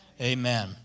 Amen